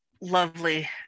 lovely